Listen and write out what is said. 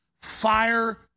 fire